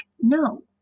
no